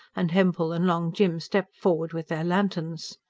and hempel and long jim stepped forward with their lanterns.